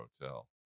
hotel